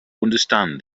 understand